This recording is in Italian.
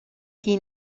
chi